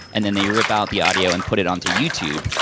and then they rip out the audio and put it onto youtube,